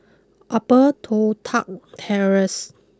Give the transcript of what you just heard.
Upper Toh Tuck Terrace